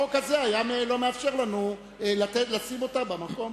החוק הזה לא היה מאפשר לנו לשים אותה במקום.